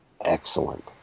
excellent